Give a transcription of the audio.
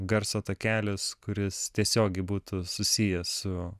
garso takelis kuris tiesiogiai būtų susijęs su